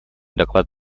доклад